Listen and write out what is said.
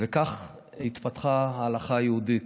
וכך התפתחה ההלכה היהודית.